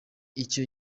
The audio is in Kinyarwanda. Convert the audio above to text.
icyo